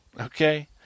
Okay